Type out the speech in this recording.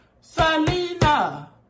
Selena